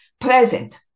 present